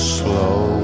slow